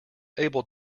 able